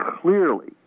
clearly